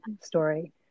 story